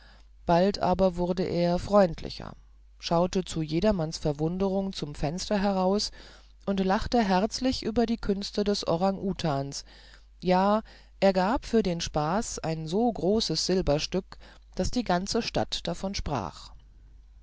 bald aber wurde er freundlicher schaute zu jedermanns verwundern zum fenster heraus und lachte herzlich über die künste des orang utans ja er gab für den spaß ein so großes silberstück daß die ganze stadt davon sprach